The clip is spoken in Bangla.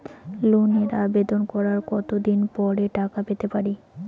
লোনের আবেদন করার কত দিন পরে টাকা পেতে পারি?